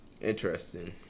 Interesting